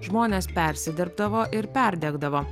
žmonės persidirbdavo ir perdegdavo